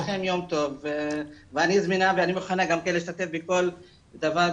אני זמינה ומוכנה להשתתף בכל דבר,